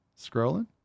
scrolling